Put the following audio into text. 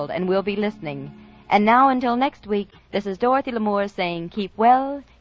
next week this is dorothy the more saying keep well keep happy and keep this